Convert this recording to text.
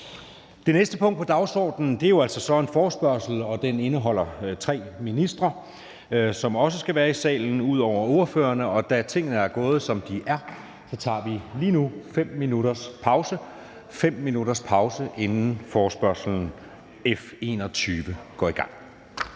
Det næste punkt på dagsordenen er så en forespørgsel, som omfatter tre ministre, som ud over ordførerne også skal være i salen. Da tingene er gået, som de er, tager vi nu 5 minutters pause, inden forespørgsel nr. F 21 går i gang.